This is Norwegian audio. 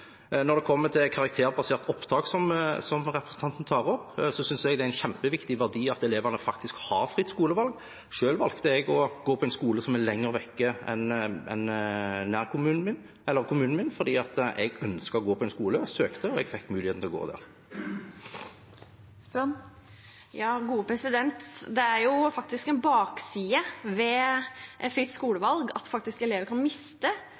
Når det kommer til karakterbasert opptak, som representanten tar opp, synes jeg det er en kjempeviktig verdi at elevene faktisk har fritt skolevalg. Selv valgte jeg å gå på en skole som var lenger unna enn kommunen min, for jeg ønsket å gå på en skole, søkte og fikk muligheten til å gå der. Det er en bakside ved fritt skolevalg at elever kan miste